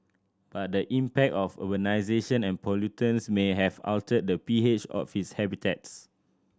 but the impact of urbanisation and pollutants may have altered the P H of its habitats